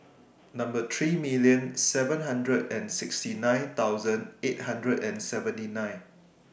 thirty million seven hundred sixty nine thousand eight hundred and seventy nine